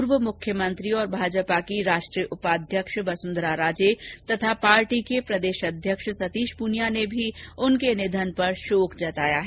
पूर्व मुख्यमंत्री और भाजपा की राष्ट्रीय उपाध्यक्ष वसुंधरा राजे तथा पार्टी के प्रदेश अध्यक्ष सतीश पूनिया ने भी उनके निधन पर शोक जताया है